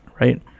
right